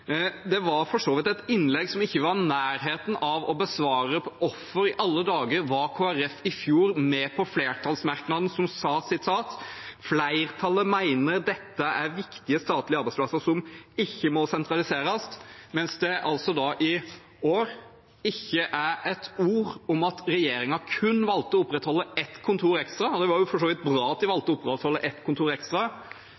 Det var et innlegg som ikke var i nærheten av å besvare hvorfor i alle dager Kristelig Folkeparti i fjor var med på følgende flertallsmerknad: «Flertallet mener dette er viktige statlige arbeidsplasser som ikke må sentraliseres», mens det i år ikke er ett ord om at regjeringen valgte å opprettholde kun ett kontor ekstra – det var for så vidt bra at de